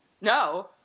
No